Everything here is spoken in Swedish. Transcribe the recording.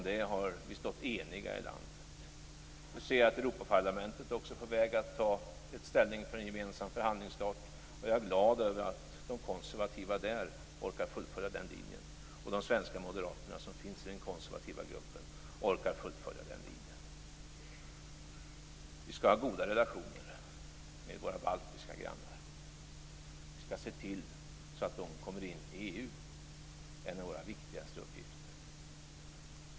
Vi står enigt bakom det i landet. Vi ser att Europaparlamentet är på väg att ta ställning för en gemensam förhandlingsstart. Jag är glad över att de konservativa där orkar fullfölja den linjen och att de svenska moderaterna som finns i den konservativa gruppen orkar fullfölja den linjen. Vi skall ha goda relationer med våra baltiska grannar. Det är en av våra viktigaste uppgifter att se till att de kommer in i EU.